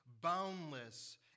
boundless